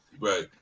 Right